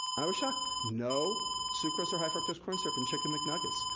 i was shocked. no sucrose or high fructose corn syrup in chicken mcnuggets.